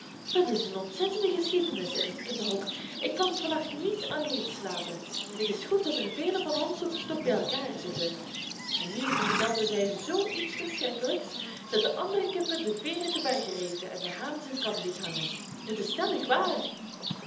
dat is een ontzettende geschiedenis in het kippenhok ik kan van nacht niet alleen slapen het is goed dat er velen van ons op den stok bij elkaar zitten en nu vertelde zij zoo iets verschrikkelijks dat de andere kippen de veeren te berge rezen en de haan zijn kam liet hangen het is stellig waar